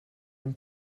dem